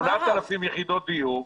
שכונה עם 8,000 יחידות דיור,